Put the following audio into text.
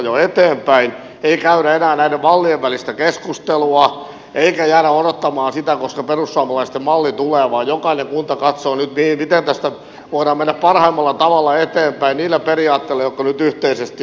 ei siellä käydä enää näiden mallien välistä keskustelua eikä jäädä odottamaan sitä koska perussuomalaisten malli tulee vaan jokainen kunta katsoo nyt miten tästä voidaan mennä parhaimmalla tavalla eteenpäin niillä periaatteilla jotka nyt yhteisesti on sovittu